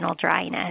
dryness